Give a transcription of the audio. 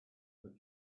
that